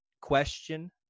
question